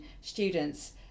students